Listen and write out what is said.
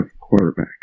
quarterback